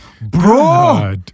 bro